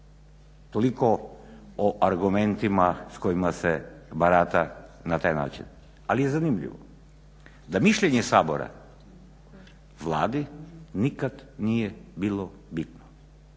Toliko o argumentima s kojima se barata na taj način. Ali je zanimljivo da mišljenje Sabora Vladi nikad nije bilo bitno,